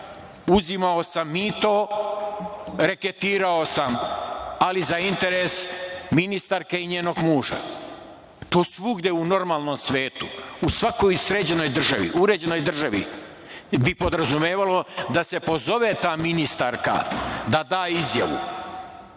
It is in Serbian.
uzimao sam mito, reketirao sam, ali za interes ministarke i njenog muža. To svugde u normalnom svetu, u svakoj sređenoj državi, uređenoj državi bi podrazumevalo da se pozove ta ministarka da da izjavu.